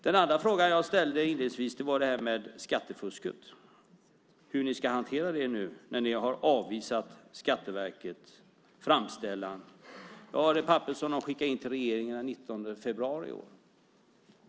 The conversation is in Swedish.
Den andra frågan jag inledningsvis ställde gällde skattefusket och hur ni ska hantera det nu när ni avvisat Skatteverkets framställan. Jag håller i min hand det papper som Skatteverket skickade till regeringen den 19 februari i år.